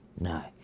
No